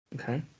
Okay